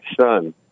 son